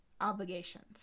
obligations